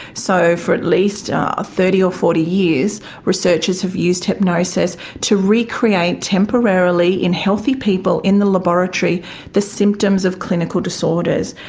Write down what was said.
so for at least thirty or forty years researchers have used hypnosis to recreate temporarily in healthy people in the laboratory the symptoms of clinical disorders.